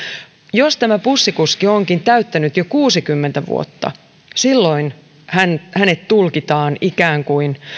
jos tämä bussikuski onkin täyttänyt jo kuusikymmentä vuotta silloin hänet tulkitaan ikään kuin